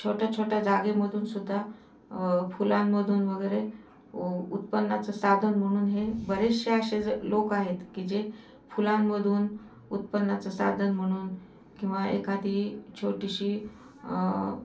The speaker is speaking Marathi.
छोट्या छोट्या जागेमधून सुद्धा फुलांमधून वगैरे व उत्पन्नाचं साधन म्हणून हे बरेचसे असे जे लोक आहेत की जे फुलांमधून उत्पन्नाचं साधन म्हणून किंवा एखादी छोटीशी